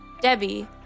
Debbie